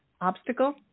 obstacle